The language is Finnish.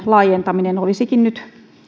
laajentaminen olisikin nyt